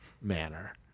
manner